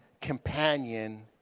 companion